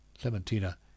Clementina